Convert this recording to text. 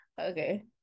Okay